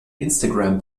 instagram